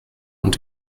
und